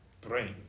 brain